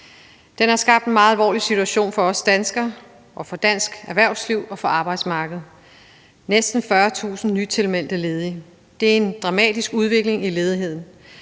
Den har skabt en meget alvorlig situation for os danskere, for dansk erhvervsliv og for arbejdsmarkedet. Næsten 40.000 nytilmeldte ledige – det er en dramatisk udvikling i ledigheden.